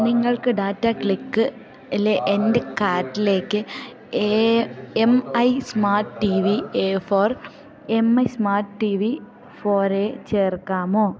നിങ്ങൾക്ക് ഡാറ്റ ക്ലിക്ക്ലെ എൻ്റെ കാർട്ടിലേക്ക് A M I smart T V A four M smart T V four A ചേർക്കാമോ